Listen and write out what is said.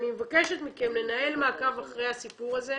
אני מבקשת מכם לנהל מעקב אחרי הסיפור הזה,